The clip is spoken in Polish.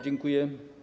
Dziękuję.